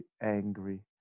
angry